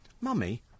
Mummy